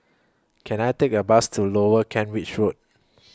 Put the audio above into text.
Can I Take A Bus to Lower Kent Ridge Road